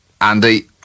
Andy